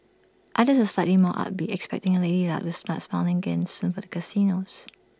others slightly more upbeat expecting lady luck to start smiling again soon for the casinos